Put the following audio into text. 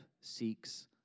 seeks